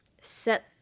set